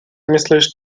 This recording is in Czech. myslíš